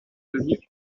devenu